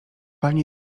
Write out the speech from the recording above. pani